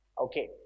Okay